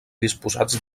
disposats